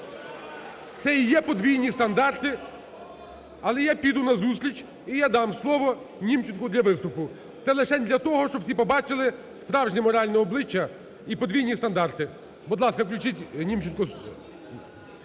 Це і є подвійні стандарти. Але я піду назустріч, і я дам слово Німченку для виступу. Це лишень для того, щоб всі побачили справжнє моральне обличчя і подвійні стандарти. Будь ласка, включіть Німченку…